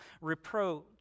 reproach